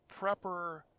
prepper